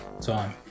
time